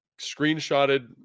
screenshotted